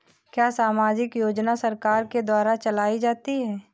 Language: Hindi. क्या सामाजिक योजना सरकार के द्वारा चलाई जाती है?